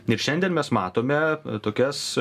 ir šiandien mes matome tokias